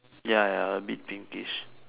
ya ya a bit pinkish